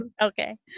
Okay